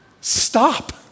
Stop